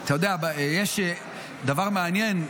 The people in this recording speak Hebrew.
אתה יודע יש דבר מעניין,